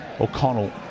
O'Connell